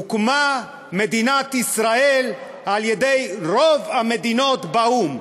הוקמה מדינת ישראל על-ידי רוב המדינות באו"ם.